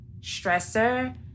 stressor